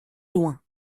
loin